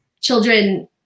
children